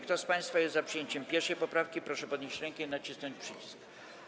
Kto z państwa jest za przyjęciem 1. poprawki, proszę podnieść rękę i nacisnąć przycisk.